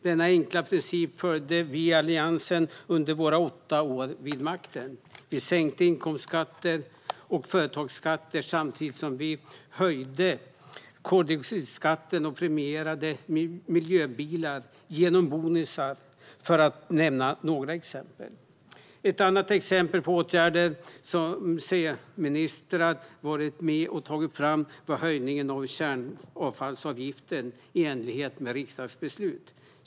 Denna enkla princip följde vi i Alliansen under våra åtta år vid makten. Vi sänkte inkomstskatter och företagsskatter samtidigt som vi höjde koldioxidskatten och premierade miljöbilar genom bonusar, för att ta några exempel. Ett annat exempel på åtgärder som centerpartistiska ministrar har varit med och tagit fram var höjningen av kärnavfallsavgiften, i enlighet med riksdagsbeslut.